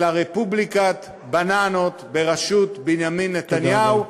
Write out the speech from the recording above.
אלא רפובליקת בננות בראשות בנימין נתניהו,